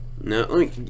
No